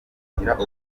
kugira